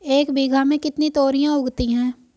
एक बीघा में कितनी तोरियां उगती हैं?